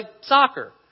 soccer